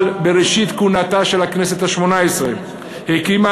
אבל בראשית כהונתה של הכנסת השמונה-עשרה הקימה